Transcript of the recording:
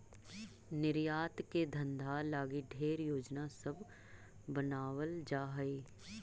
निर्यात के धंधा लागी ढेर योजना सब बनाबल जा हई